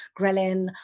ghrelin